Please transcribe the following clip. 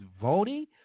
voting